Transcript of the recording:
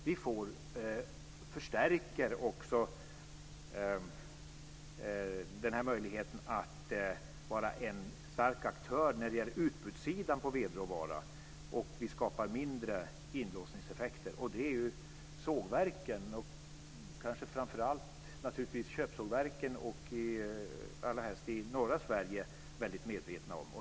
Vi förstärker också möjligheten att vara en stark aktör när det gäller utbudssidan på vedråvara, och vi skapar mindre inlåsningseffekter, vilket sågverken och kanske framför allt köpsågverken, allra helst i norra Sverige, är mycket medvetna om.